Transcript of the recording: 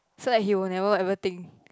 so that he will never ever think